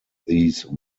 these